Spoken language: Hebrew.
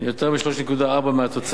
יותר מ-3.4% מהתוצר.